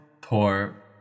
poor